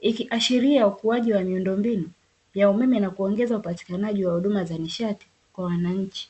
Ikiashiria ukuaji wa miundombinu, ya umeme na kuongeza upatikanaji wa huduma za nishati kwa wananchi.